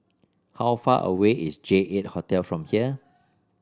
how far away is J eight Hotel from here